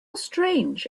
strange